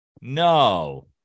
No